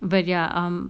but ya um